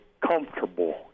comfortable